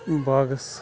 باغَس